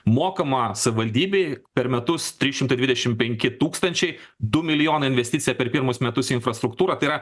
mokama savivaldybei per metus trys šimtai dvidešimt penki tūkstančiai du milijonai investicija per pirmus metus į infrastruktūrą tai yra